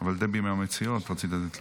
אבל דבי מהמציעות, רציתי לתת לה.